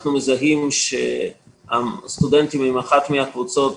אנחנו מזהים שקבוצת הסטודנטים היא אחת מהקבוצות